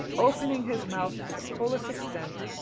opening his mouth to the fullest extent,